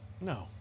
No